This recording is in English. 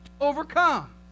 overcome